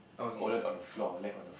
wallet on the floor left on the